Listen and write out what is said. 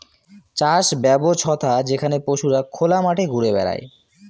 চাষ ব্যবছ্থা যেখানে পশুরা খোলা মাঠে ঘুরে বেড়ায়